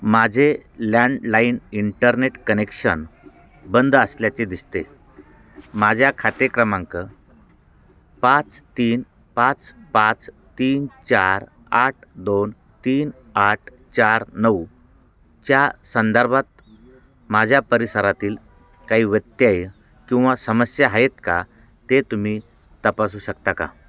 माझे landline internet connection बंद असल्याचे दिसते माझ्या खाते क्रमांक पाच तीन पाच पाच तीन चार आठ दोन तीन आठ चार नऊ च्या संदर्भात माझ्या परिसरातील काही वत्यय किंवा समस्या आहेत का ते तुम्ही तपासू शकता का